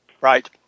Right